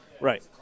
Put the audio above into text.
Right